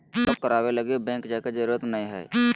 block कराबे लगी bank जाय के जरूरत नयय हइ